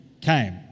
came